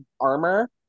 armor